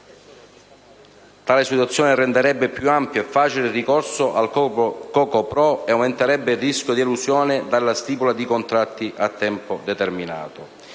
Tale situazione renderebbe più ampio e facile il ricorso al co.co.pro, e aumenterebbe il rischio di elusione della stipula di contratti a tempo determinato.